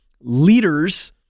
leaders